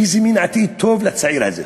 איזה מין עתיד טוב יש לצעיר הזה?